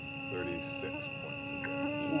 thirty six points of damage.